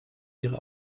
ihre